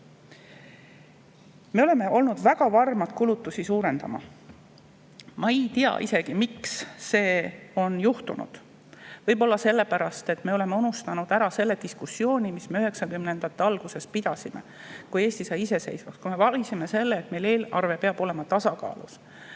Me oleme olnud väga varmad kulutusi suurendama. Ma isegi ei tea, miks see on juhtunud. Võib-olla sellepärast, et me oleme unustanud ära selle diskussiooni, mida me pidasime üheksakümnendate alguses, kui Eesti sai iseseisvaks, kui me valisime selle tee, et eelarve peab olema tasakaalus,